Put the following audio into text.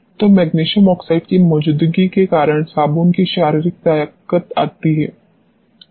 तो magnesium oxide की मौजूदगी के कारण साबुन की शारीरिक ताकत आती है